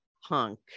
hunk